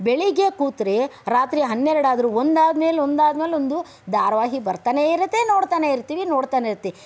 ಬೆಳಗ್ಗೆ ಕೂತರೆ ರಾತ್ರಿ ಹನ್ನೆರಡಾದರೂ ಒಂದಾದ್ಮೇಲೆ ಒಂದಾದ್ಮೇಲೆ ಒಂದು ಧಾರಾವಾಹಿ ಬರ್ತಾನೆಯಿರುತ್ತೆ ನೋಡ್ತಾನೆಯಿರ್ತೀವಿ ನೋಡ್ತಾನೆಯಿರ್ತೀವಿ